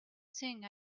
thing